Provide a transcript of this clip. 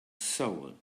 soul